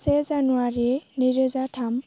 से जानुवारि नैरोजा थाम